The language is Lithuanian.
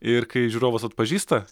ir kai žiūrovas atpažįsta